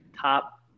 top